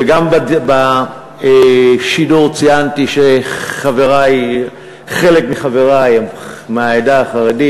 וגם בשידור ציינתי שחלק מחברי הם מהעדה החרדית.